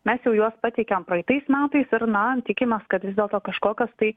mes jau juos pateikėm praeitais metais ir na tikimės kad vis dėlto kažkokios tai